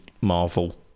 Marvel